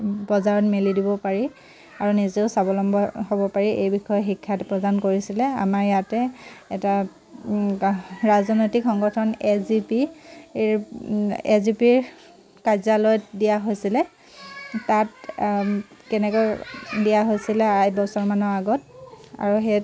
বজাৰত মেলি দিব পাৰি আৰু নিজেও স্বাৱলম্ব হ'ব পাৰি এই বিষয়ে শিক্ষা প্ৰদান কৰিছিলে আমাৰ ইয়াতে এটা ৰাজনৈতিক সংগঠন এ জি পি এই এ জি পিৰ কাৰ্যালয়ত দিয়া হৈছিলে তাত কেনেকৈ দিয়া হৈছিলে এবছৰমানৰ আগত আৰু সেই